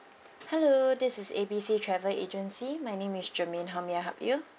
hello this is A B C travel agency my name is germaine how may I help you